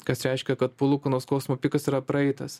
kas reiškia kad palūkanų skausmo pikas yra praeitas